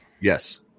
Yes